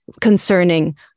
concerning